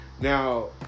Now